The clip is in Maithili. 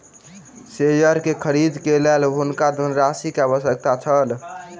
शेयर के खरीद के लेल हुनका धनराशि के आवश्यकता छल